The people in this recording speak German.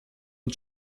und